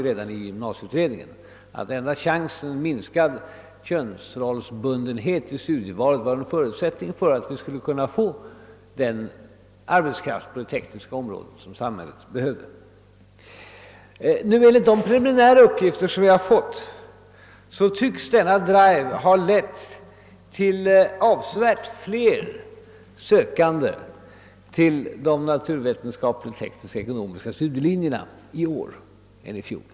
Redan i gymnasieutredningen fann vi att chansen till minskad könsrollsbundenhet vid studievalet var enda förutsättningen för att vi skulle kunna få den arbetskraft på det tekniska området som samhället behöver. Enligt de preliminära uppgifter som vi har fått tycks denna drive ha lett till att det finns avsevärt fler sökande till de naturvetenskapliga, tekniska och ekonomiska studielinjerna i år än i fjol.